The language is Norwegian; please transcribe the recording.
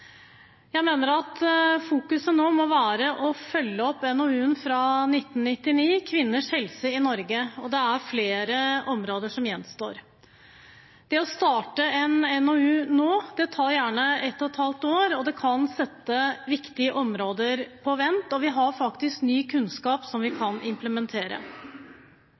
Jeg mener at fokus nå må være på det å følge opp NOU-en fra 1999, Kvinners helse i Norge, og det er flere områder som gjenstår. Det å starte arbeidet med en NOU nå – det tar gjerne halvannet år – kan sette viktige områder på vent, og vi har faktisk ny kunnskap som vi kan implementere.